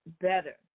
better